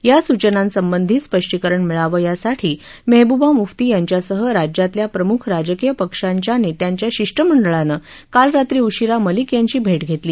या सूचनांसंबंधी स्पष्टीकरण मिळावं यासाठी मेहबूबा मुफ्ती यांच्यासह राज्यातल्या प्रमुख राजकीय पक्षांच्या नेत्यांच्या शिष्टमंडळानं काल रात्री उशीरा मलिक यांची भेट घेतली